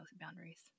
boundaries